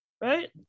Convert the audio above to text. right